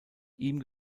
ihm